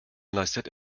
leistet